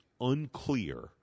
unclear